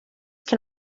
can